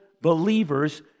believers